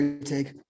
Take